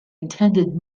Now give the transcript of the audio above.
intended